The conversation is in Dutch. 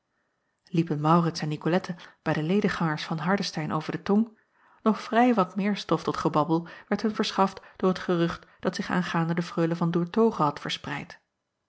iepen aurits en icolette bij de lediggangers van ardestein over de tong nog vrij wat meer stof tot gebabbel werd hun verschaft door het gerucht dat zich aangaande de reule an oertoghe had verspreid